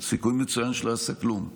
סיכוי מצוין שהוא לא יעשה כלום.